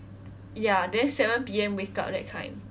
ya then seven P_M wake up that kind